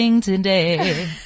today